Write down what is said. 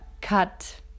cut